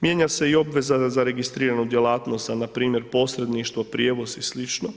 Mijenja se i obveza za registriranu djelatnost, npr. posredništvo, prijevoz i sl.